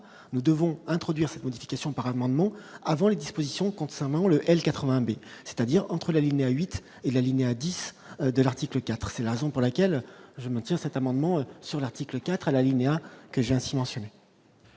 nous devons introduire ces modifications par amendement avant les dispositions concernant le elle 80 B, c'est-à-dire entre l'alinéa 8 et la ligne 10 de l'article IV, c'est la raison pour laquelle je maintiens cet amendement sur l'article 4 à la ligne que j'ai ainsi mentionné.